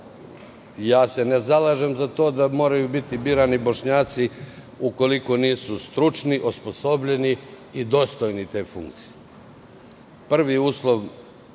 manjine. Ne zalažem se za to da moraju biti birani Bošnjaci ukoliko nisu stručni, osposobljeni i dostojni te funkcije.